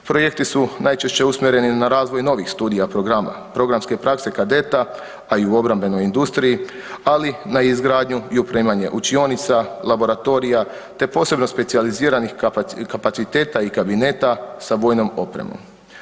Projekti su najčešće usmjereni na razvoj novih studija programa, programske prakse kadeta, a i u obrambenoj industriji, ali na izgradnju i opremanje učionica, laboratorija te posebno specijaliziranih kapaciteta i kabineta sa vojnom opremom.